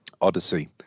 Odyssey